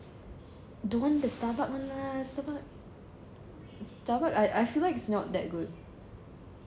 the one the starbucks one ah starbucks starbucks I feel like it's not that good